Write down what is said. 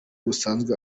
busanzwe